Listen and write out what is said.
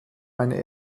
eine